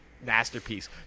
masterpiece